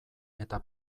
eta